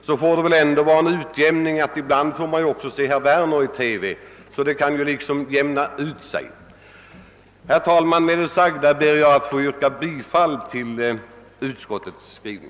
Detta får väl utjämnas av att man ibland också får se herr Werner i TV. Herr talman! Med det sagda ber jag att få yrka bifall till utskottets hemställan.